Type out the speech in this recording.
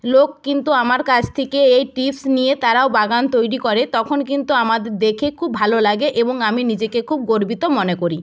লোক কিন্তু আমার কাছ থেকে এই টিপস নিয়ে তারাও বাগান তৈরি করে তখন কিন্তু আমার দেখে খুব ভালো লাগে এবং আমি নিজেকে খুব গর্বিত মনে করি